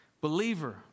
Believer